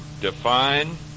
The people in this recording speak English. define